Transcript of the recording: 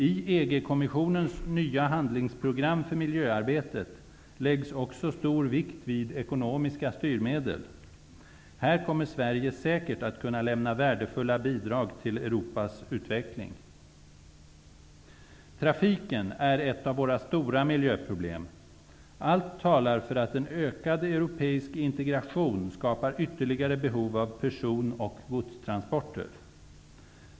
I EG kommissionens nya handlingsprogram för miljöarbetet läggs också stor vikt vid ekonomiska styrmedel. Här kommer Sverige säkert att kunna lämna värdefulla bidrag till Europas utveckling. Trafiken är ett av våra stora miljöproblem. Allt talar för att en ökad europeisk integration skapar ytterligare behov av person och godstransporter.